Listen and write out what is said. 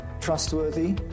trustworthy